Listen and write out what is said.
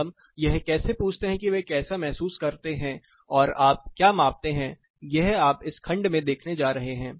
तो हम यह कैसे पूछते हैं कि वे कैसा महसूस करते हैं और आप क्या मापते हैं यह आप इस खंड में देखने जा रहे हैं